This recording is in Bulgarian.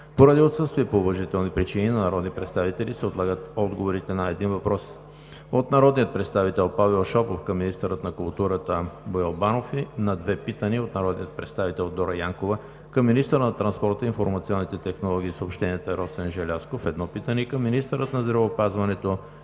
Поради отсъствие по уважителни причини на народни представители се отлагат отговорите на: - един въпрос от народния представител Павел Шопов към министъра на културата Боил Банов; - две питания от народния представител Дора Янкова към министъра на транспорта, информационните технологии и съобщенията Росен Желязков – едно питане; и към министъра на здравеопазването